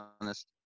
honest